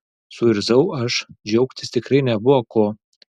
suirzau aš džiaugtis tikrai nebuvo ko